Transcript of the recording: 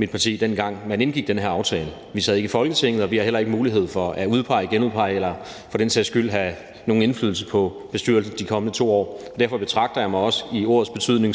ikke fandtes, dengang man indgik den her aftale. Vi sad ikke i Folketinget, og vi havde heller ikke mulighed for at udpege, genudpege eller for den sags skyld have nogen indflydelse på bestyrelsen de kommende 2 år. Derfor betragter jeg mig også i ordets betydning